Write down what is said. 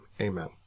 amen